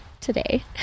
today